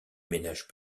ménage